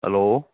hello